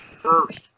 first